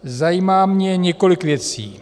Zajímá mě několik věcí.